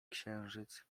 księżyc